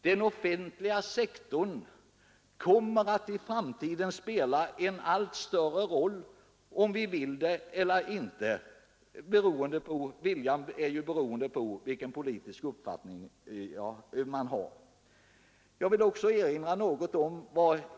Den offentliga sektorn kommer att i framtiden spela en allt större roll, om vi vill det eller inte — viljan är ju beroende på vilken politisk uppfattning man har.